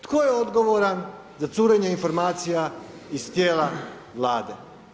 Tko je odgovoran za curenje informacija iz tijela Vlade?